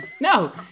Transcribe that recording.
No